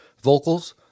vocals